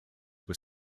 were